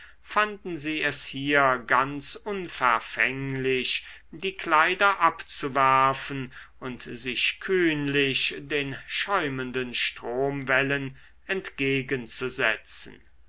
fanden sie es hier ganz unverfänglich die kleider abzuwerfen und sich kühnlich den schäumenden